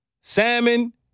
salmon